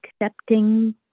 accepting